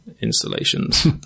installations